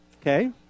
Okay